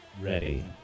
ready